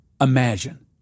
imagine